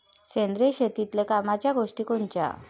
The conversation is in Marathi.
सेंद्रिय शेतीतले कामाच्या गोष्टी कोनच्या?